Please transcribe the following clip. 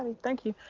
thank you.